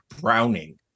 Browning